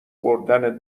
بردن